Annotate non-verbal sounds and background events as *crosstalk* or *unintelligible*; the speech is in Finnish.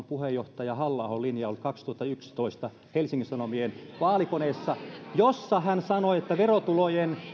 *unintelligible* puheenjohtaja halla ahon linja on ollut kaksituhattayksitoista helsingin sanomien vaalikoneessa jossa hän sanoi että verotulojen